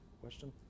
Question